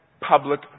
public